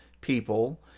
people